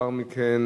לאחר מכן,